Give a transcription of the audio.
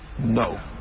No